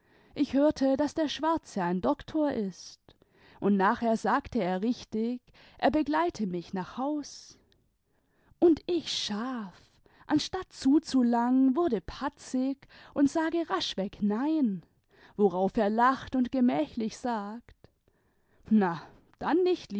ich hörte daß der schwarze ein doktor ist und nachher sagte er richtig er begleite nüch nach haus und ich schaf anstatt zuzulangen wurde patzig und sage raschweg nein worauf er lacht imd gen iächlich sagt na dann